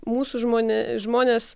mūsų žmone žmonės